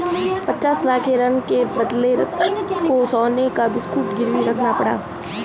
पचास लाख के ऋण के बदले रतन को सोने का बिस्कुट गिरवी रखना पड़ा